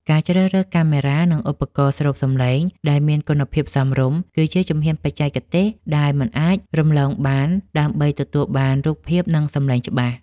ការជ្រើសរើសកាមេរ៉ា និងឧបករណ៍ស្រូបសំឡេងដែលមានគុណភាពសមរម្យ គឺជាជំហានបច្ចេកទេសដែលមិនអាចរំលងបានដើម្បីទទួលបានរូបភាព និងសំឡេងច្បាស់។